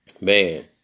Man